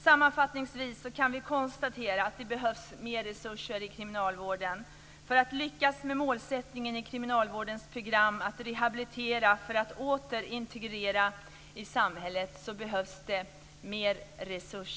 Sammanfattningsvis kan vi konstatera att det behövs mer resurser i kriminalvården. För att lyckas med målsättningen i kriminalvårdens program, att rehabilitera för att åter integrera i samhället, behövs det mer resurser!